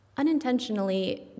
unintentionally